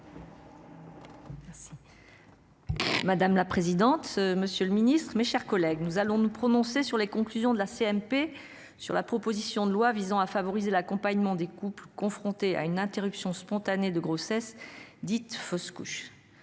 Madame la présidente. Monsieur le Ministre, mes chers collègues, nous allons nous prononcer sur les conclusions de la CMP sur la proposition de loi visant à favoriser l'accompagnement des couples confrontés à une interruption spontanée de grossesse dite fausse couche.